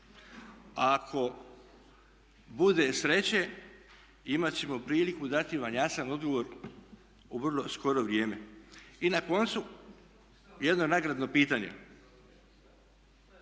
Ako bude sreće imat ćemo priliku dati vam jasan odgovor u vrlo skoro vrijeme. I na koncu, jedno nagradno pitanje.